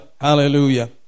Hallelujah